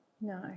No